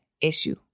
issue